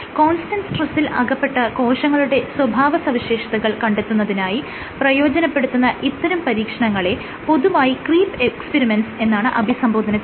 constant സ്ട്രെസ്സിൽ അകപ്പെട്ട കോശങ്ങളുടെ സ്വഭാവസവിശേഷതകൾ കണ്ടെത്തുന്നതിനായി പ്രയോജനപ്പെടുത്തുന്ന ഇത്തരം പരീക്ഷണങ്ങളെ പൊതുവായി ക്രീപ്പ് എക്സ്പെരിമെന്റസ് എന്നാണ് അഭിസംബധന ചെയ്യുന്നത്